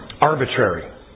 arbitrary